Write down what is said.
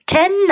Ten